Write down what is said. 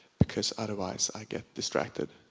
because otherwise i get distracted.